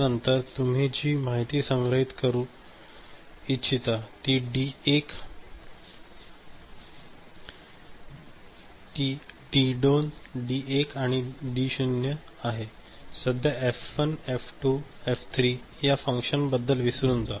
त्यानंतर तुम्ही जी माहिती संग्रहित करू इच्छिता ती डी 2 डी 1 आणि डी शून्य आहे सध्या F1 F2 F3 या फंक्शन्सबद्दल विसरून जा